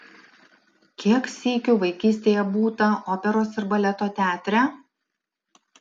kiek sykių vaikystėje būta operos ir baleto teatre